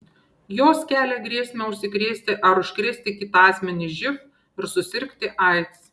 jos kelia grėsmę užsikrėsti ar užkrėsti kitą asmenį živ ir susirgti aids